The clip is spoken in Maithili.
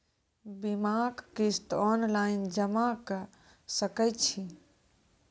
बीमाक किस्त ऑनलाइन जमा कॅ सकै छी?